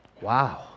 wow